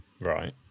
Right